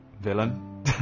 villain